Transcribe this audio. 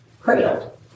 cradled